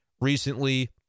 recently